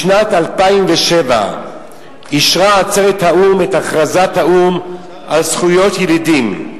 בשנת 2007 אישרה עצרת האו"ם את הכרזת האו"ם על זכויות ילידים.